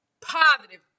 positive